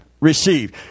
receive